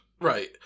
Right